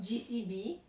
G_C_B